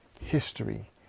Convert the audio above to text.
history